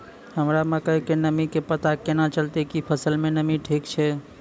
हमरा मकई के नमी के पता केना चलतै कि फसल मे नमी ठीक छै?